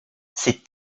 ces